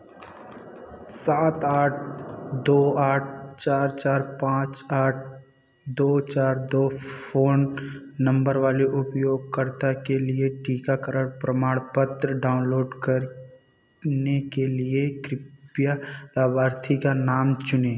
सात आठ दो आठ चार चार पाँच आठ दो चार दो फ़ोन नंबर वाले उपयोगकर्ता के लिए टीकाकरण प्रमाणपत्र डाउनलोड करने के लिए कृपया लाभार्थी का नाम चुनें